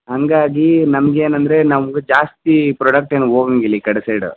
ಹಂಗಾಗಿ ನಮ್ಗ ಏನಂದರೆ ನಮ್ಗ ಜಾಸ್ತಿ ಪ್ರೊಡಕ್ಟ್ ಏನು ಹೋಗಂಗಿಲ್ಲ ಈ ಕಡೆ ಸೈಡು